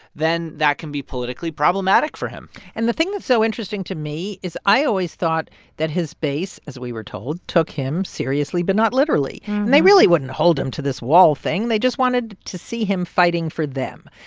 then that can be politically problematic for him and the thing that's so interesting to me is i always thought that his base as we were told took him seriously but not literally. and they really wouldn't hold him to this wall thing. they just wanted to see him fighting for them.